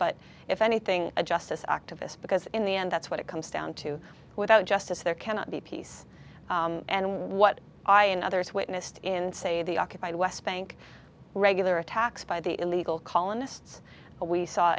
but if anything a justice activist because in the end that's what it comes down to without justice there cannot be peace and what i and others witnessed in say the occupied west bank regular attacks by the illegal colonists w